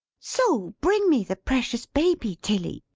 so bring me the precious baby, tilly,